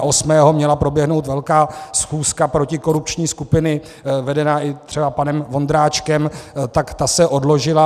Osmého měla proběhnout velká schůzka protikorupční skupiny vedená i třeba i panem Vondráčkem, tak ta se odložila.